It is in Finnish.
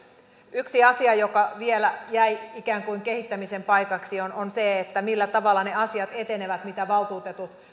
yksi asia joka vielä jäi ikään kuin kehittämisen paikaksi on on se millä tavalla ne asiat etenevät mitä valtuutetut